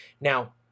now